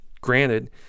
granted